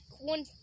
one